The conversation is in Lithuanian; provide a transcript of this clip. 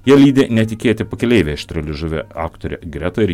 ją lydi netikėti pakeleiviai aštrialiežuvė aktorė greta ir